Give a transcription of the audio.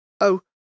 Oh